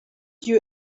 you